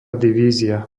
divízia